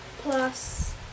plus